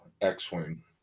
X-Wing